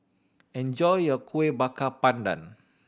enjoy your Kuih Bakar Pandan